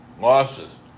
losses